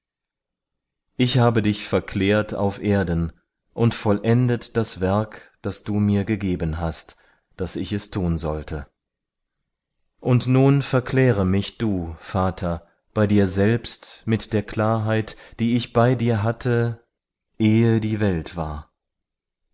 ich habe dich verklärt auf erden und vollendet das werk das du mir gegeben hast daß ich es tun sollte und nun verkläre mich du vater bei dir selbst mit der klarheit die ich bei dir hatte ehe die welt war